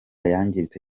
yangiritse